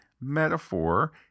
metaphor